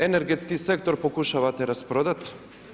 Energetski sektor pokušavate rasprodati.